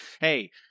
Hey